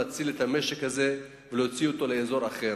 להציל את המשק הזה ולהוציא אותו לאזור אחר.